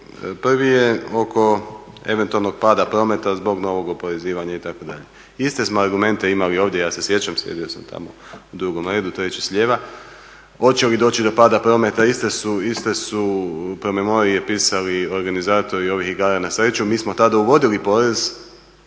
Prvi je oko eventualnog pada prometa zbog novog oporezivanja itd. Iste smo argumente imali ovdje, ja se sjećam, sjedio sam tamo u drugom redu, treći slijeva, hoće li doći do pada prometa iste su promemorije pisali organizatori ovih igara na sreću. Mi smo tada uvodili porez